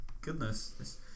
goodness